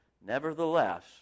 nevertheless